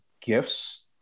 gifts